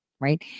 right